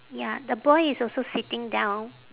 ya the boy is also sitting down